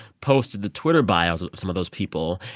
posted the twitter bios of some of those people.